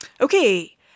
Okay